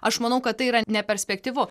aš manau kad tai yra neperspektyvu